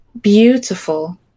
beautiful